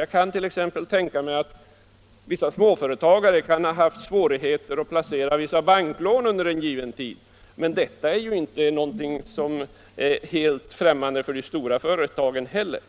Jag kan t.ex. tänka mig att vissa småföretag kan ha haft svårigheter att placera banklån under någon viss tid, men detta är ju någonting som inte är helt främmande för de stora företagen heller.